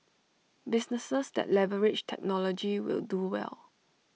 businesses that leverage technology will do well